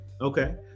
Okay